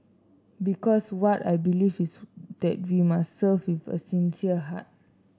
because what I believe is that we must serve with a sincere heart